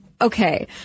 okay